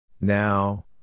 Now